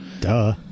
Duh